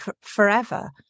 forever